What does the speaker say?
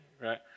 right